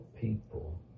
people